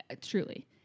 Truly